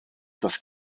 das